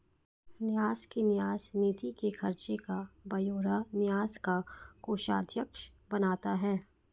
न्यास की न्यास निधि के खर्च का ब्यौरा न्यास का कोषाध्यक्ष बनाता है